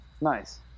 nice